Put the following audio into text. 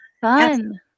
Fun